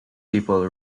people